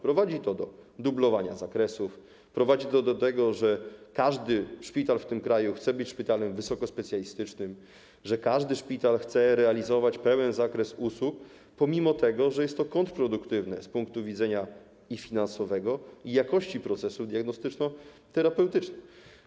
Prowadzi to do dublowania zakresów, prowadzi to do tego, że każdy szpital w tym kraju chce być szpitalem wysokospecjalistycznym, że każdy szpital chce realizować pełen zakres usług, mimo że jest to kontrproduktywne z punktu widzenia i finansowego, i jakości procesów diagnostyczno-terapeutycznych.